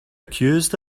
accused